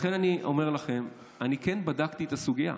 לכן אני אומר לכם: אני כן בדקתי את הסוגיה.